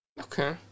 okay